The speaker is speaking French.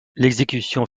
l’exécution